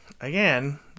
again